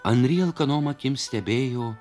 anry alkanom akim stebėjo